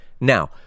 Now